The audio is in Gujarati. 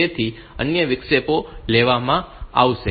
તેથી અન્ય વિક્ષેપો લેવામાં આવશે